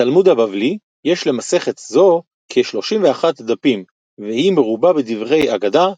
בתלמוד הבבלי יש למסכת זו כ-31 דפים והוא מרובה בדברי אגדה,